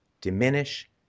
diminish